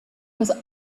was